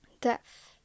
Death